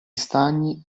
stagni